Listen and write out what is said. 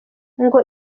ngo